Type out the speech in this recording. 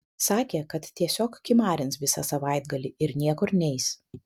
sakė kad tiesiog kimarins visą savaitgalį ir niekur neis